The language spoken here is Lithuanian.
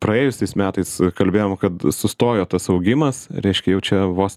praėjusiais metais kalbėjom kad sustojo tas augimas reiškia jau čia vos